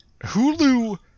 Hulu